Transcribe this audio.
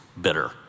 bitter